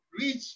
reach